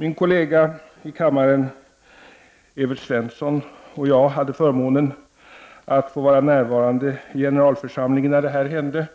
Min kollega i kammaren Evert Svensson och jag hade förmånen att få vara närvarande i generalförsamlingen när detta hände